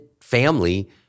family